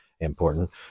important